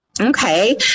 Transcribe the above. Okay